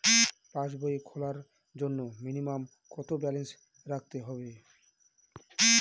পাসবই খোলার জন্য মিনিমাম কত ব্যালেন্স রাখতে হবে?